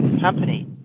Company